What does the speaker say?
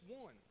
one